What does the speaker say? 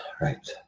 right